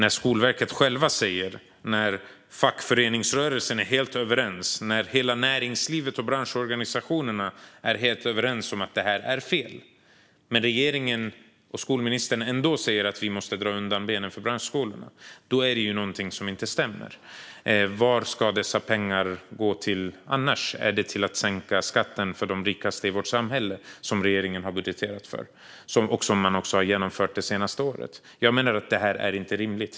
När Skolverket säger detta, när fackföreningsrörelsen är helt överens och när hela näringslivet och branschorganisationerna är helt överens om att detta är fel och regeringen och skolministern ändå säger att vi måste slå undan benen på branschskolorna är det något som inte stämmer. Vad ska dessa pengar annars gå till? Är det till att sänka skatten för de rikaste i vårt samhälle, som regeringen har budgeterat för och som man också har genomfört det senaste året? Jag menar att detta inte är rimligt.